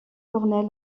cornell